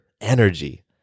energy